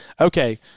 Okay